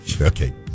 okay